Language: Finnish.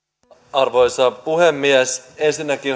arvoisa puhemies ensinnäkin